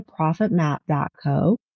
profitmap.co